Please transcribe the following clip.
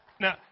Now